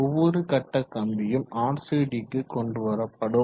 ஒவ்வோரு கட்ட கம்பியும் RCDக்கு கொண்டுவரப்படும்